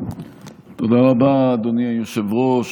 תודה רבה, אדוני היושב-ראש.